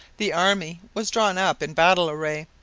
the army was drawn up in battle array.